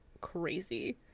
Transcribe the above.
crazy